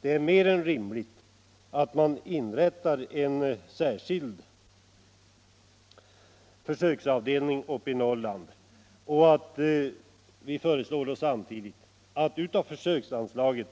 Det är mer än rimligt att man inrättar en särskild försöksavdelning i Norrland. Vi föreslår att 140 000 kr. av försöksanslaget